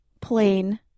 plain